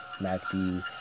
MACD